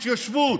התיישבות,